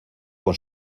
con